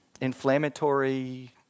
inflammatory